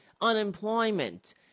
unemployment